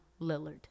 Lillard